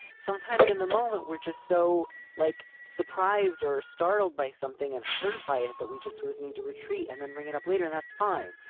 sometimes in the moment we're just so like surprised or startled by something and heard by it that we just sort of need to retreat and then bring it up later and that's fine.